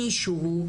מישהו,